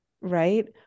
right